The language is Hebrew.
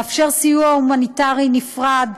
לאפשר סיוע הומניטרי נפרד,